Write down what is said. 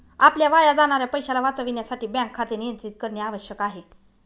आपल्या वाया जाणाऱ्या पैशाला वाचविण्यासाठी बँक खाते नियंत्रित करणे आवश्यक आहे